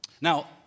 Now